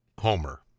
Homer